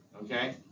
Okay